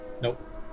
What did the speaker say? Nope